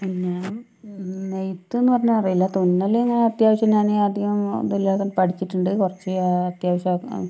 ഞാൻ നെയ്ത്ത് എന്നു പറഞ്ഞാൽ അറിയില്ല തുന്നൽ ഞാൻ അത്യാവശ്യം ഞാൻ അധികം ഇതില്ലാതെ പഠിച്ചിട്ടുണ്ട് കുറച്ച് അത്യാവശ്യം